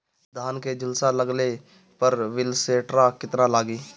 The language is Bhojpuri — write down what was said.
धान के झुलसा लगले पर विलेस्टरा कितना लागी?